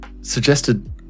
suggested